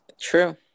True